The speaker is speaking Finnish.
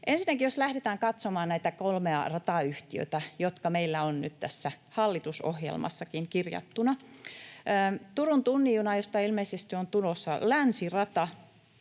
Ensinnäkin jos lähdetään katsomaan näitä kolmea ratayhtiötä, jotka meillä ovat nyt tässä hallitusohjelmassakin kirjattuna. Turun tunnin junaan, josta ilmeisesti on tulossa Länsirata,